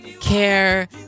care